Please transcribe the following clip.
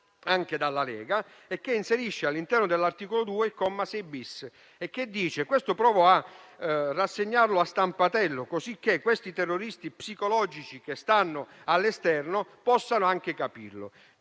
anche dalla Lega, che inserisce all'interno dell'articolo 2, il comma 6*-bis*, che provo a segnare in stampatello cosicché i terroristi psicologici che stanno all'esterno possano capirlo,